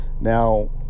now